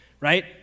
right